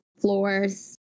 floors